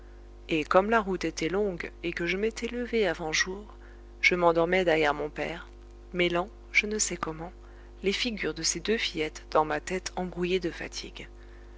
et comme la route était longue et que je m'étais levé avant jour je m'endormais derrière mon père mêlant je ne sais comment les figures de ces deux fillettes dans ma tête embrouillée de fatigue